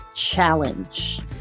Challenge